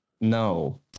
No